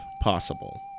possible